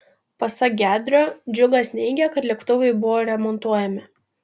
pasak gedrio džiužas neigė kad lėktuvai buvo remontuojami